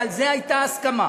ועל זה הייתה הסכמה,